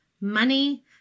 money